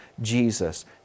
Jesus